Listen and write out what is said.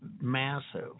massive